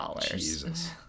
Jesus